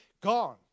Gone